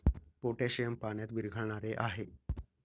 potassium पाण्यात विरघळणारे आहे